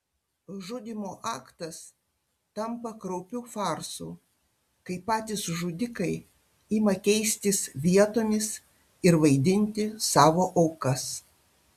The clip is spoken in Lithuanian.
žudymo aktas tampa kraupiu farsu kai patys žudikai ima keistis vietomis ir vaidinti savo aukas